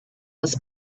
was